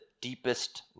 deepest